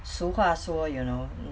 俗话说 you know